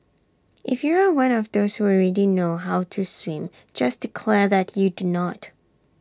if you are one of those who already know how to swim just declare that you do not